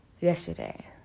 yesterday